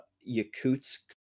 Yakutsk